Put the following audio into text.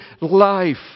life